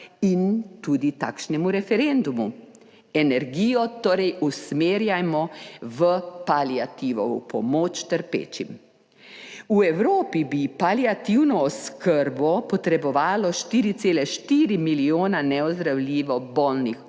in tudi takšnemu referendumu. Energijo torej usmerjamo v paliativo, v pomoč trpečim. V Evropi bi paliativno oskrbo potrebovalo 4,4 milijona neozdravljivo bolnih